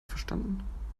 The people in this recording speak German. verstanden